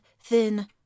thin